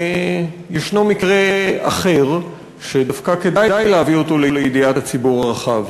יש מקרה אחר שדווקא כדאי להביא אותו לידיעת הציבור הרחב.